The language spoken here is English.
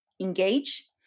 engage